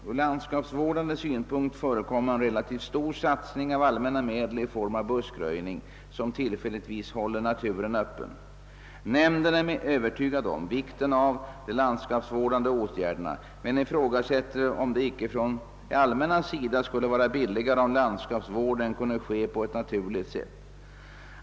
Ur landskapsvårdande synpunkt förekommer en relativt stor satsning av allmänna medel i form av buskröjning, som tillfälligtvis håller naturen öppen. Nämnden är övertygad om vikten av de landskapsvårdande åtgärderna men ifrågasätter om det icke från det allmännas sida skulle vara billigare om landskapsvården kunde ske på ett naturligt sätt.